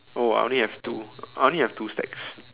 oh I only have two I only have two stacks